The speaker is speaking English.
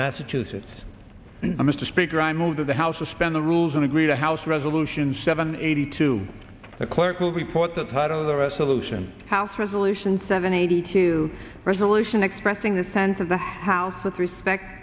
massachusetts mr speaker i move to the house suspend the rules and agree to house resolution seven eighty two the clerk will report that part of the resolution house resolution seven eighty two resolution expressing the sense of the house with respect